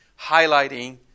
highlighting